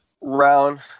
Round